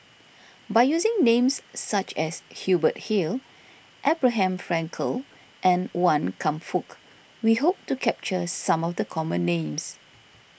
by using names such as Hubert Hill Abraham Frankel and Wan Kam Fook we hope to capture some of the common names